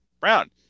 Brown